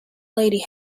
lady